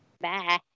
Bye